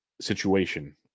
situation